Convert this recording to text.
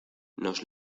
nos